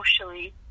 socially